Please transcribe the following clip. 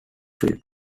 films